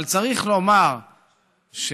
אבל צריך לומר שהזעם,